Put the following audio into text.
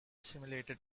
stimulated